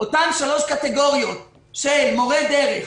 אותן שלוש קטגוריות של מורי דרך,